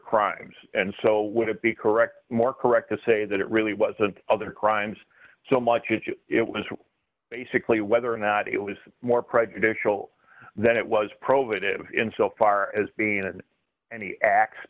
crimes and so would it be correct more correct to say that it really wasn't other crimes so much it was basically whether or not it was more prejudicial that it was provocative in so far as being an any act